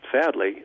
sadly